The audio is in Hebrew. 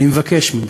אני מבקש ממך,